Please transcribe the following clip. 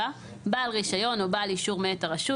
בעל רישיון או בעל אישור מאת הרשות